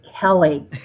Kelly